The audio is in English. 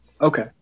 Okay